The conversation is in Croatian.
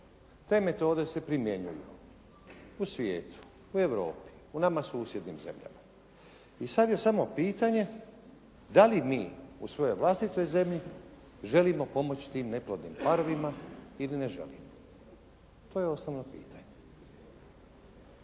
Te metode se primjenjuju u svijetu, u Europi, u nama susjednim zemljama. I sad je samo pitanje da li mi u svojoj vlastitoj zemlji želimo pomoći tim neplodnim parovima ili ne želimo? To je osnovno pitanje.